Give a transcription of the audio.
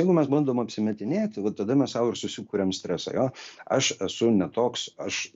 jeigu mes bandom apsimetinėti vat tada mes sau ir susikuriam stresą jo aš esu ne toks aš